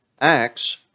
Acts